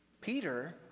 Peter